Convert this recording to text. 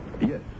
Yes